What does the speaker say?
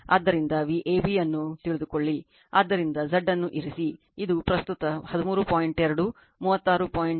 ಆದ್ದರಿಂದVab ಅನ್ನು ತಿಳಿದುಕೊಳ್ಳಿ ಆದ್ದರಿಂದ Z ಅನ್ನು ಇರಿಸಿ ಇದು ಪ್ರಸ್ತುತ 13